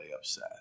upset